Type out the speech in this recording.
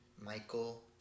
Michael